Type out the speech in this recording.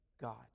God